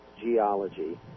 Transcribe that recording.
geology